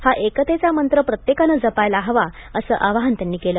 हा एकतेचा मंत्र प्रत्येकानं जपायला हवा असं आवाहनही त्यांनी केलं